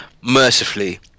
Mercifully